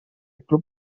club